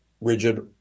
rigid